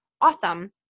awesome